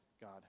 God